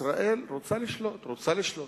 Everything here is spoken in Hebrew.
ישראל רוצה לשלוט, רוצה לשלוט,